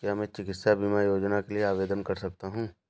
क्या मैं चिकित्सा बीमा योजना के लिए आवेदन कर सकता हूँ?